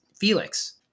Felix